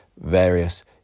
various